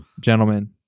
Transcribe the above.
gentlemen